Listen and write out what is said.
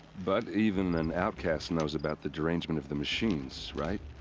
but, even an outcast knows about the derangement of the machines. right?